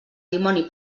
dimoni